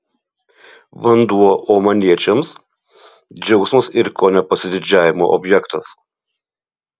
vanduo omaniečiams džiaugsmas ir kone pasididžiavimo objektas